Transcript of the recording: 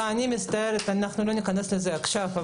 אני מצטערת, לא ניכנס לזה עכשיו.